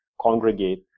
congregate